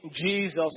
Jesus